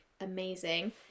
amazing